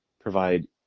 provide